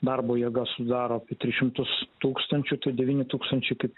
darbo jėga sudaro apie tris šimtus tūkstančių tai devyni tūkstančiai kaip